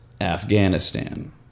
Afghanistan